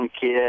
kid